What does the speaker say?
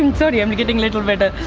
i'm sorry. i'm getting little wetter.